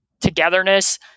togetherness